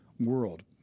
world